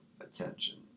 attention